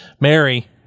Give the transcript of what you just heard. Mary